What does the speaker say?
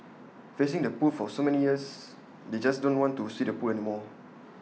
facing the pool for so many years they just don't want to see the pool anymore